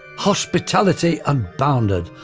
hospitality unbounded,